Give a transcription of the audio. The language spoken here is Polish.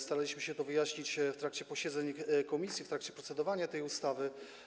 Staraliśmy się to wyjaśnić w trakcie posiedzeń komisji podczas procedowania tej ustawy.